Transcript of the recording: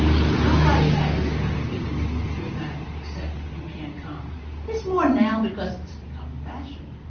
and nobody had this kind of feeling of you're not accepted, you can't come it's more now because it's become fashion.